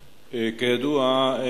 כידוע,